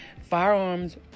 Firearms